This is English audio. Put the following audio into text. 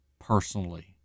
personally